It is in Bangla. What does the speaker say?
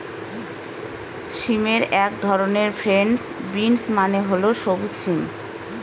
সিমের এক ধরন ফ্রেঞ্চ বিনস মানে হল সবুজ সিম